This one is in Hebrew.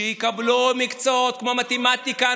שיקבלו מקצועות כמו מתמטיקה,